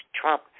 Trump